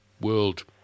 world